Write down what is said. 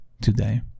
today